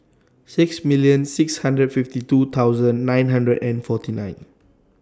six million six hundred fifty two thousand nine hundred and forty nine